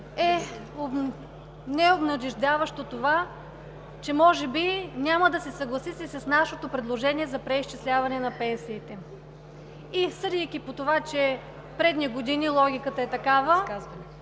е необнадеждаващо това, че може би няма да се съгласите с нашето предложение за преизчисляване на пенсиите; съдейки по това, че в предни години логиката е такава